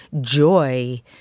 joy